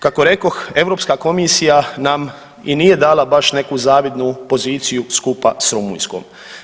Kako rekoh Europska komisija nam i nije dala baš neku zavidnu poziciju skupa s Rumunjskom.